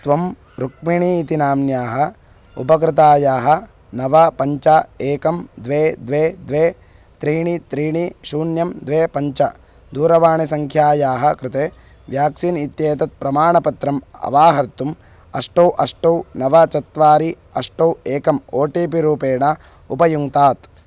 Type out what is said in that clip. त्वं रुक्मिणी इति नाम्न्याः उपकृतायाः नव पञ्च एकं द्वे द्वे द्वे त्रीणि त्रीणि शून्यं द्वे पञ्च दूरवाणीसङ्ख्यायाः कृते व्याक्सीन् इत्येतत् प्रमाणपत्रम् अवाहर्तुम् अष्ट अष्ट नव चत्वारि अष्ट एकम् ओ टि पि रूपेण उपयुङ्क्तात्